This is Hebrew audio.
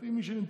לפי מי שנמצא.